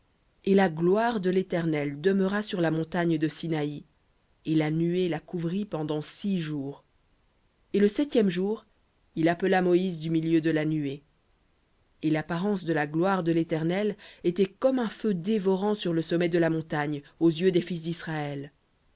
et la gloire de l'éternel demeura sur la montagne de sinaï et la nuée la couvrit pendant six jours et le septième jour il appela moïse du milieu de la nuée et l'apparence de la gloire de l'éternel était comme un feu dévorant sur le sommet de la montagne aux yeux des fils d'israël